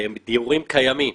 בדיורים קיימים.